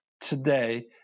today